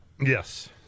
Yes